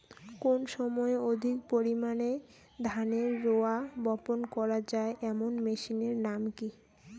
কম সময়ে অধিক পরিমাণে ধানের রোয়া বপন করা য়ায় এমন মেশিনের নাম কি?